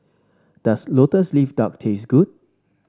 does lotus leaf duck taste good